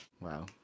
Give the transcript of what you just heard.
Wow